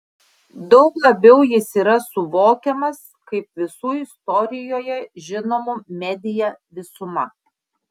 daug labiau jis yra suvokiamas kaip visų istorijoje žinomų media visuma